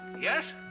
Yes